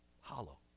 hollow